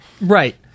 Right